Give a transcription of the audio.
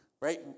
right